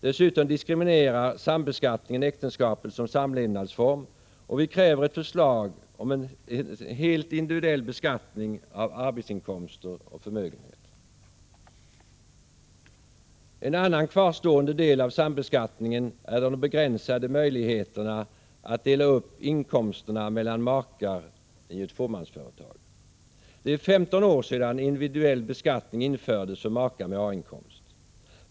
Dessutom diskriminerar sambeskattningen äktenskapet som samlevnadsform, och vi kräver ett förslag om en helt individuell beskattning av arbetsinkomster och förmögenhet. En annan kvarstående del av sambeskattningen är de begränsade möjligheterna att dela upp inkomsterna mellan makar i ett fåmansföretag. Det är 15 år sedan individuell beskattning infördes för makar med A-inkomst.